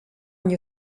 your